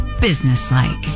businesslike